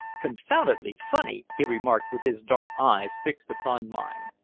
confoundedly funny! he remarked with his dark eyes fixed upon mine.